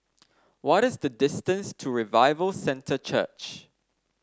what is the distance to Revival Centre Church